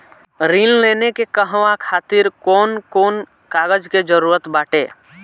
ऋण लेने के कहवा खातिर कौन कोन कागज के जररूत बाटे?